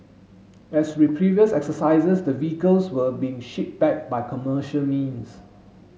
as with previous exercises the vehicles were being shipped back by commercial means